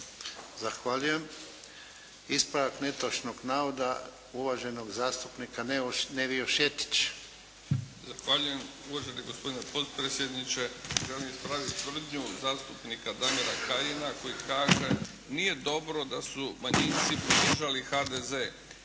Zahvaljujem. Ispravak netočnog navoda uvaženog zastupnika Nevio Šetić. **Šetić, Nevio (HDZ)** Zahvaljujem. Uvaženi gospodine potpredsjedniče. Želim ispraviti tvrdnju zastupnika Damira Kajina koji kaže: "Nije dobro da su manjinci podržali HDZ.".